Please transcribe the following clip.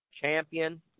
champion